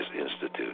Institute